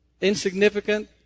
insignificant